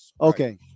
Okay